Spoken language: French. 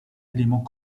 éléments